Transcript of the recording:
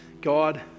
God